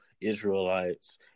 Israelites